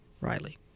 Riley